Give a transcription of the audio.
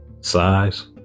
size